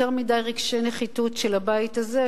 יותר מדי רגשי נחיתות של הבית הזה,